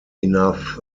enough